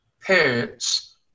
parents